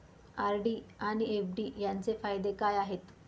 RD आणि FD यांचे फायदे काय आहेत?